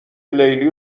لیلی